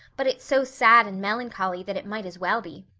but it's so sad and melancholy that it might as well be.